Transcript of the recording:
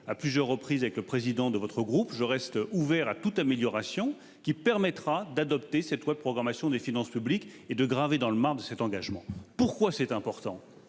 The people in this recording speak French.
à plusieurs reprises avec le président de votre groupe, je reste ouvert à toute amélioration qui permettra d'adopter cette loi de programmation des finances publiques et de graver dans le marbre cet engagement. Pourquoi c'est important.